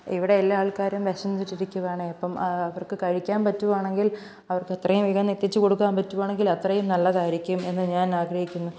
ഇവിടെ എല്ലാ ആൾക്കാരും വിശന്നിട്ട് ഇരിക്കുവാണേ അപ്പോള് അവർക്ക് കഴിക്കാന് പറ്റുകയാണെങ്കിൽ അവർക്കെത്രയും വേഗംന്ന് എത്തിച്ചു കൊടുക്കാന് പറ്റുകയാണെങ്കിൽ അത്രയും നല്ലതായിരിക്കും എന്ന് ഞാനാഗ്രഹിക്കുന്നു